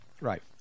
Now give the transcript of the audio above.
Right